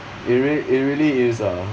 it real~ it really is ah